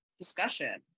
discussion